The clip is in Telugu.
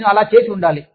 నేను అలా చేసి ఉండాలి